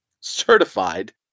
certified